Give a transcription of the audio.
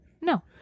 no